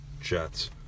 Jets